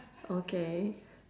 okay